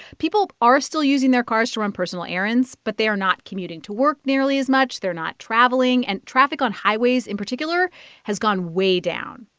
people are still using their cars to run personal errands, but they are not commuting to work nearly as much. they're not traveling. and traffic on highways in particular has gone way down.